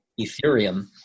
Ethereum